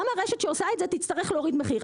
גם הרשת שעושה את זה תצטרך להוריד מחירים.